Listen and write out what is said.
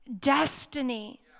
destiny